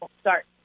start